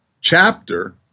chapter